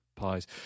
pies